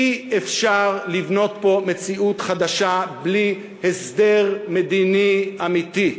אי-אפשר לבנות פה מציאות חדשה בלי הסדר מדיני אמיתי.